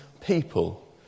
people